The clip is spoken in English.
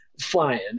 flying